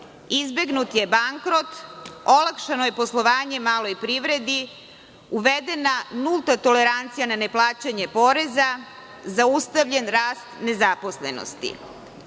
Izbegnut je bankrot, olakšano je poslovanje maloj privredi, uvedena je nulta tolerancija na neplaćanje poreza i zaustavljen je rast nezaposlenosti. Ono